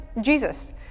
Jesus